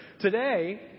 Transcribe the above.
Today